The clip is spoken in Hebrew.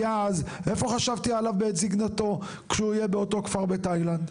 כי אז איפה חשבתי עליו בעת זקנתו כשהוא יהיה באותו כפר בתאילנד?